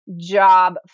job